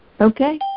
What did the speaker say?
Okay